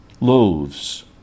loaves